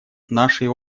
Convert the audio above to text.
нашей